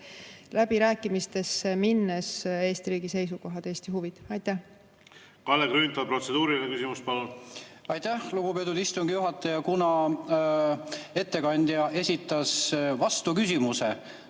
läbirääkimistesse minnes Eesti riigi seisukohad, Eesti huvid. Kalle Grünthal, protseduuriline küsimus, palun! Aitäh, lugupeetud istungi juhataja! Kuna ettekandja esitas vastuküsimuse,